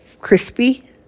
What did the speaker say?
crispy